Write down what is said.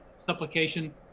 supplication